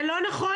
זה לא נכון.